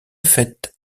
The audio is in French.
fête